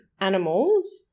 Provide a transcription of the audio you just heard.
animals